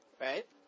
Right